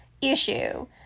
issue